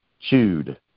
chewed